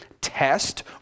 test